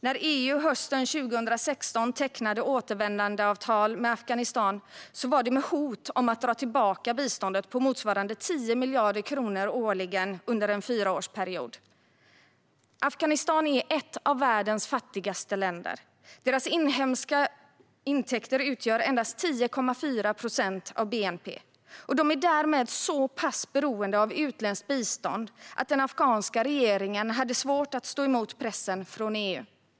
När EU hösten 2016 tecknade återvändandeavtal med Afghanistan var det med hot om att dra tillbaka biståndet på motsvarande 10 miljarder kronor årligen under en fyraårsperiod. Afghanistan är ett av världens fattigaste länder. Deras inhemska intäkter utgör endast 10,4 procent av bnp, och de är därmed så pass beroende av utländskt bistånd att den afghanska regeringen hade svårt att stå emot pressen från EU.